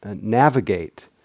navigate